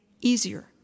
easier